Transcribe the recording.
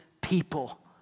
people